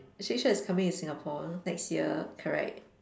Shake-Shack is coming to Singapore next year correct